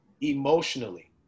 emotionally